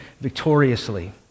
victoriously